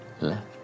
Left